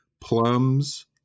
plums